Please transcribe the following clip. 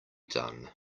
done